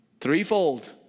threefold